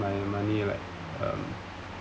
my money like um